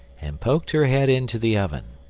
and poked her head into the oven.